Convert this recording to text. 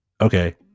Okay